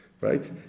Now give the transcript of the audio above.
right